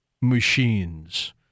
machines